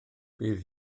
bydd